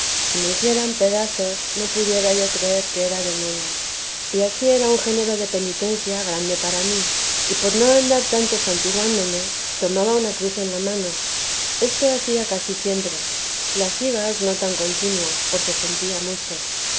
si me hicieran pedazos no pudiera yo creer que era demonio y ansí era un género de penitencia grande para mí y por no andar tanto santiguándome tomaba una cruz en la mano esto hacía casi siempre las higas no tan contino porque sentía mucho